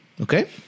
okay